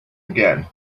again